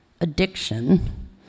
addiction